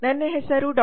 ನನ್ನ ಹೆಸರು ಡಾ